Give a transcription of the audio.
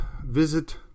visit